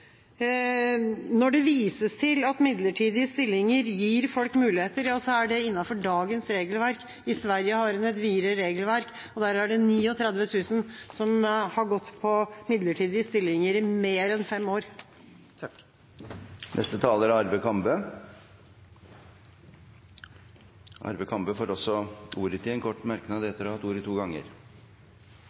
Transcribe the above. Når det vises til at midlertidige stillinger gir folk muligheter, ja, så er det innenfor dagens regelverk. I Sverige har de et videre regelverk, og der er det 39 000 som har gått på midlertidige stillinger i mer enn fem år. Representanten Arve Kambe har hatt ordet to ganger tidligere og får ordet til en kort merknad,